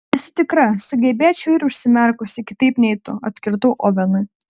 esu tikra sugebėčiau ir užsimerkusi kitaip nei tu atkirtau ovenui